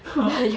!huh!